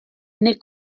nel